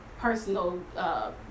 personal